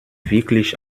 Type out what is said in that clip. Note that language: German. wirklich